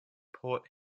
port